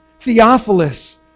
Theophilus